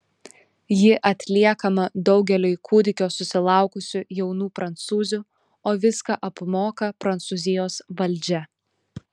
ji atliekama daugeliui kūdikio susilaukusių jaunų prancūzių o viską apmoka prancūzijos valdžia